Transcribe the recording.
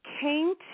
came